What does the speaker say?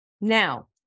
now